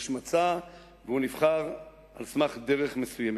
יש מצע, והוא נבחר על סמך דרך מסוימת.